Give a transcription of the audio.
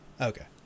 Okay